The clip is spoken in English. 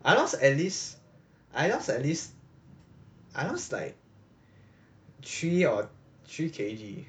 I lost at least I lost at least I lost like three or three K_G